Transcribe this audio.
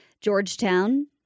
Georgetown